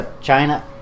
China